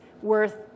worth